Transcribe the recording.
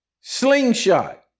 Slingshot